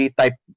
type